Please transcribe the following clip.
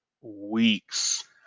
weeks